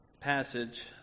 passage